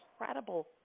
incredible